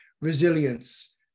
resilience